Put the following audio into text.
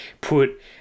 put